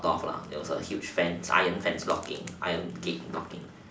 off lah there was a huge fence iron fence locking iron gate locking